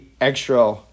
extra